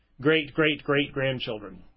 great-great-great-grandchildren